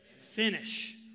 finish